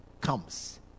comes